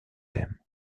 theme